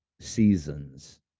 seasons